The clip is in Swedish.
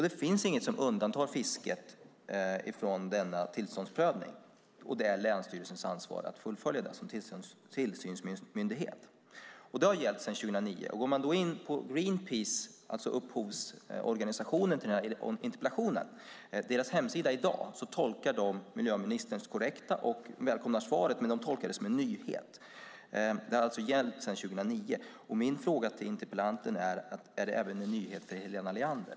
Det finns inget som undantar fisket från denna tillståndsprövning. Det är länsstyrelsernas ansvar att som tillsynsmyndighet fullfölja detta. Det har gällt sedan 2009. Går man in på Greenpeaces hemsida i dag - Greenpeace är alltså upphovsorganisationen till denna interpellation - ser man dock att de tolkar miljöministerns korrekta och välkomna svar som en nyhet. Det har alltså gällt sedan 2009. Min fråga till interpellanten är om det även är en nyhet för Helena Leander.